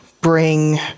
bring